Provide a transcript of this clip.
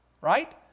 right